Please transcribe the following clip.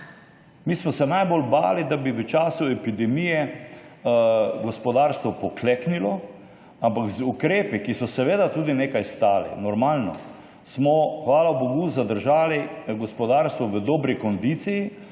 Mi smo se najbolj bali, da bi v času epidemije gospodarstvo pokleknilo, ampak z ukrepi, ki so seveda tudi nekaj stali, normalno, smo hvala bogu zadržali gospodarstvo v dobri kondiciji,